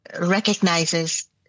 recognizes